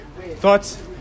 Thoughts